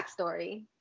backstory